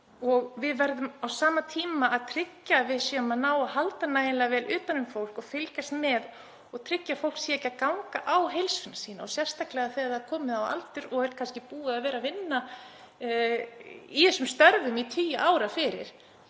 dag. Við verðum á sama tíma að tryggja að við náum að halda nægilega vel utan um fólk og fylgjast með og tryggja að fólk sé ekki að ganga á heilsu sína og sérstaklega þegar það er komið á aldur og er kannski búið að vinna í þessum störfum í tugi ára,